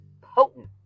potent